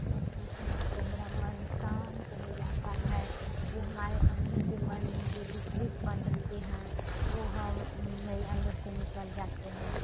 जब सुनते हैं तो मेरा मन शांत हो जाता है जो हमारे अंदर जो मन में जो विचलितपन रहते हैं ओ हम मेरे अंदर से निकल जाते हैं